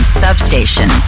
substation